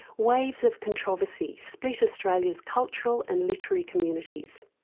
waves of controversy split australia's cultural and literary communities.